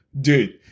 Dude